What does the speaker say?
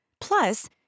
Plus